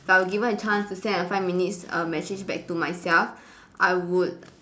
if I were given the chance to send a five minutes err message back to myself I would